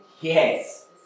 yes